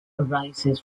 arises